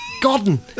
Gordon